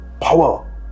power